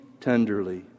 tenderly